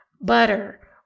butter